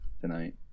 tonight